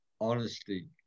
honesty